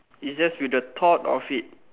is just with the thought of it